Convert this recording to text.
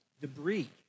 debris